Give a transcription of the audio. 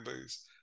base